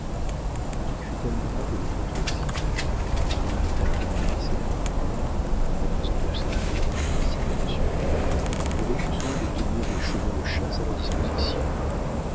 le duc fut admirable de courtoisie il invita canalis et la brière en leur faisant observer ainsi qu'à monsieur mignon qu'il avait eu soin de tenir des chevaux de chasse à leur disposition